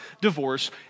divorce